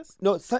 no